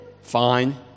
Fine